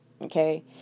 okay